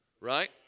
right